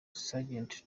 sgt